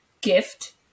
gift